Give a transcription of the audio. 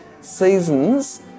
seasons